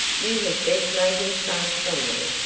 you had best make him fast somewhere!